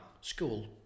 School